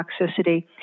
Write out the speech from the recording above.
toxicity